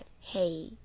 hey